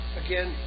again